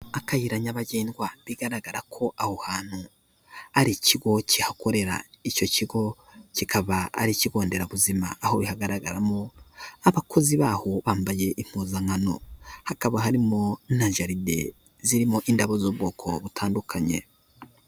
Akayira nyabagendwa bigaragara ko aho hantu ari ikigo kihakorera, icyo kigo kikaba ari ikigo nderabuzima aho hagaragaramo abakozi baho bambaye impuzankano, hakaba harimo na jaride zirimo indabo z'ubwoko butandukanye.